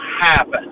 happen